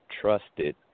trusted